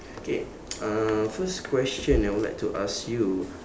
okay uh first question I would like to ask you